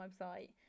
website